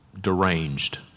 deranged